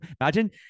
imagine